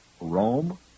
Rome